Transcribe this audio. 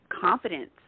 confidence